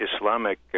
Islamic